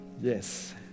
Yes